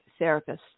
therapists